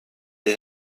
die